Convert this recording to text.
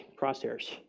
crosshairs